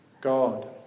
God